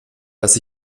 dass